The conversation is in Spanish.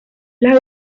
las